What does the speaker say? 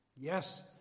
yes